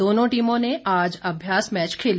दोनों टीमों ने आज अभ्यास मैच खेले